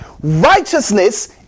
Righteousness